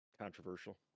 controversial